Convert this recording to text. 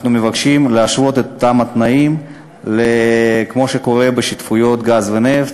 אנחנו מבקשים להשוות את אותם התנאים למה שקורה בשותפויות גז ונפט.